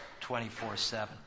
24-7